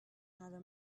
another